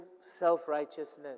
self-righteousness